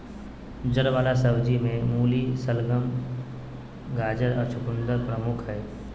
जड़ वला सब्जि में मूली, शलगम, गाजर और चकुंदर प्रमुख हइ